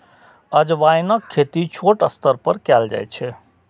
अजवाइनक खेती छोट स्तर पर कैल जाइ छै